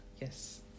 Yes